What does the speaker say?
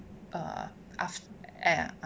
err aft~ ya